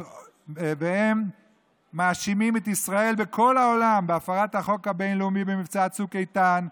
הם מאשימים את ישראל בכל העולם בהפרת החוק הבין-לאומי במבצע צוק איתן,